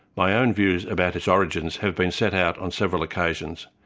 my own views about its origins have been set out on several occasions,